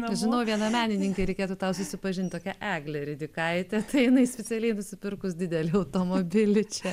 žinau viena menininkę reikėtų tau susipažint tokia eglė ridikaitė tai jinai specialiai nusipirkus didelį automobilį čia